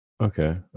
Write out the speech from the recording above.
Okay